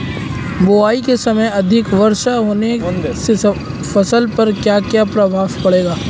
बुआई के समय अधिक वर्षा होने से फसल पर क्या क्या प्रभाव पड़ेगा?